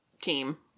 team